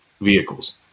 vehicles